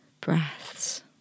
breaths